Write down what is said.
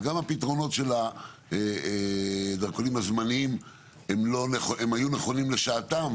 וגם הפתרונות של הדרכונים הזמניים היו נכונים לשעתם,